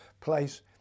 place